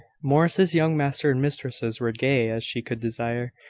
morris's young master and mistresses were gay as she could desire.